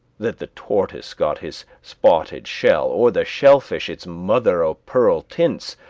that the tortoise got his spotted shell, or the shell-fish its mother-o'-pearl tints,